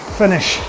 finish